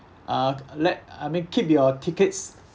uh let I mean keep your tickets